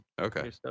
Okay